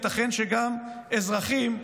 ייתכן שגם אזרחים,